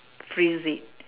freeze it